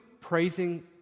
praising